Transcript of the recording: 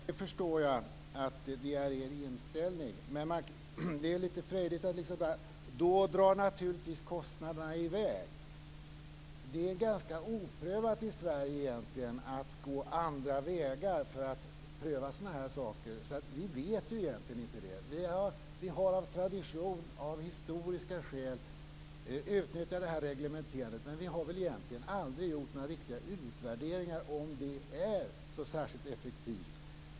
Fru talman! Jag förstår att detta är er inställning. Det är lite frejdigt att bara säga: Då drar naturligtvis kostnaderna i väg. Det är egentligen ganska oprövat i Sverige att gå andra vägar för att pröva sådana här saker. Vi vet ju egentligen inte det. Vi har av tradition, av historiska skäl, utnyttjat det här reglementerandet, men vi har väl egentligen aldrig gjort några riktiga utvärderingar av om det är så särskilt effektivt.